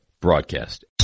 broadcast